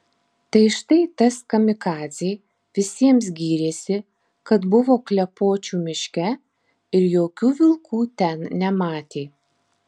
tai štai tas kamikadzė visiems gyrėsi kad buvo klepočių miške ir jokių vilkų ten nematė